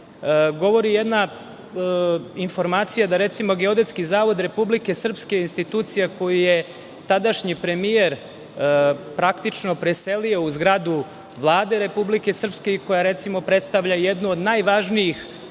govori jedna informacija da recimo Geodetski zavod Republike Srpske je institucija koju je tadašnji premijer, praktično preselio u zgradu Vlade Republike Srpske i koja recimo, predstavlja jednu od najvažnijih